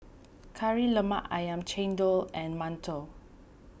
Kari Lemak Ayam Chendol and Mantou